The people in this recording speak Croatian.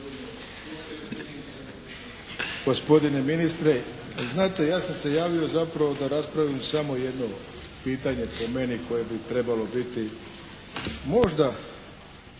gospodine ministre. Znate, ja sam se javio zapravo da raspravim samo jedno pitanje po meni koje bi trebalo biti možda